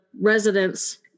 residents